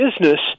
business